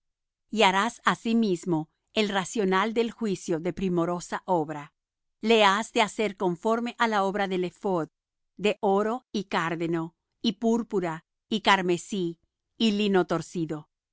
engastes harás asimismo el racional del juicio de primorosa obra le has de hacer conforme á la obra del ephod de oro y cárdeno y púrpura y carmesí y lino torcido